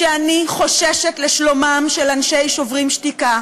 שאני חוששת לשלומם של אנשי "שוברים שתיקה",